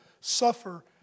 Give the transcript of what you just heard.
suffer